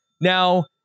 Now